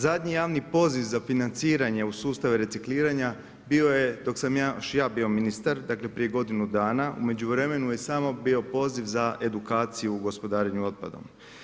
Zadnji javni poziv za financiranje u sustave recikliranja bio je dok sam ja još bio ministar, dakle prije godinu dana, u međuvremenu je samo bio poziv za edukaciju gospodarenje otpadom.